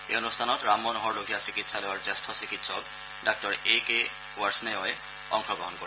এই অনুষ্ঠানত ৰাম মনোহৰ লোহিয়া চিকিৎসালয়ৰ জ্যেষ্ঠ চিকিৎসক ডাঃ এ কে ৱাৰ্ষনেয়ই অংশগ্ৰহণ কৰিব